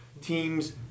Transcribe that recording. teams